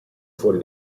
fuori